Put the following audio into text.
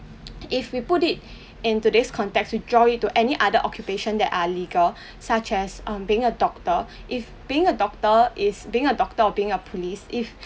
if we put it in today's context we draw to any other occupations that are legal such as um being a doctor if being a doctor is being a doctor or being a police if